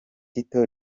tito